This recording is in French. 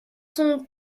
sont